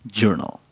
journal